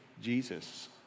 Jesus